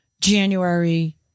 January